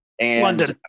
London